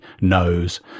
knows